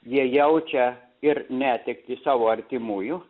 jie jaučia ir netektį savo artimųjų